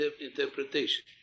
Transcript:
interpretation